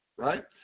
Right